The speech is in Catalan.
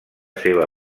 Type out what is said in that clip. seva